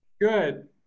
Good